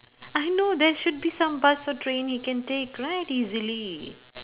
I know there should be some bus or train he can take right easily